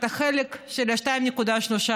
את החלק של ה-2.3%,